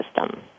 system